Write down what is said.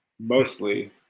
mostly